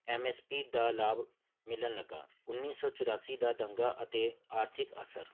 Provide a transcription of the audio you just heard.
M S P ਦਾ ਲਾਭ ਮਿਲਣ ਲੱਗਾ ਉੱਨੀ ਸੌ ਚੁਰਾਸੀ ਦਾ ਦੰਗਾ ਅਤੇ ਆਰਥਿਕ ਅਸਰ